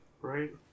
right